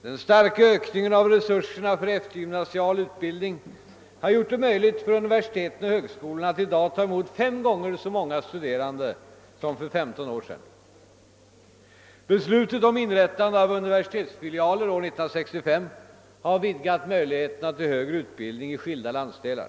Den starka ökningen av resurserna för eftergymnasial utbildning har gjort det möjligt för universiteten och högskolorna att i dag ta emot fem gånger så många studerande som för femton år sedan. Beslutet om inrättande av universitetsfilialer år 1965 har vidgat möjligheterna till högre utbildning i skilda landsdelar.